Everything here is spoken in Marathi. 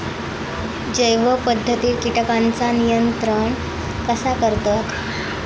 जैव पध्दतीत किटकांचा नियंत्रण कसा करतत?